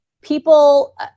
people